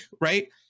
right